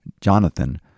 Jonathan